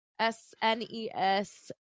SNES